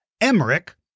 Emmerich